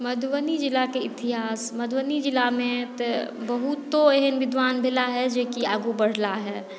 मधुबनी जिलाक इतिहास मधुबनी जिलामे तऽ बहुतो एहन विद्वान भेलाहे जे आगू बढ़लाहे